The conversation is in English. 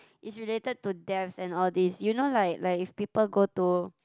it's related to deaths and all these you know like like if people go to